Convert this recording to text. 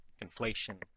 Inflation